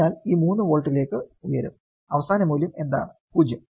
അതിനാൽ ഇത് 3 വോൾട്ടിലേക്ക് ഉയരും അവസാന മൂല്യം എന്താണ് 0